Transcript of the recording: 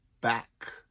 back